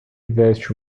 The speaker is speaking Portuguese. veste